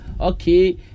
Okay